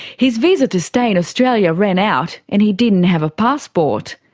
his visa to stay in australia ran out, and he didn't have a passport.